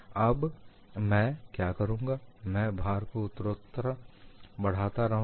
अब मैं क्या करूंगा मैं भार को उत्तरोत्तर बढ़ाता रहूंगा